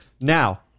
Now